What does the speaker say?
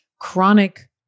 chronic